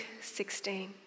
16